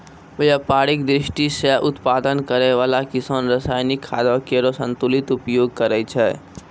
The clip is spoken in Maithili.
व्यापारिक दृष्टि सें उत्पादन करै वाला किसान रासायनिक खादो केरो संतुलित उपयोग करै छै